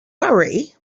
worry